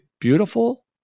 beautiful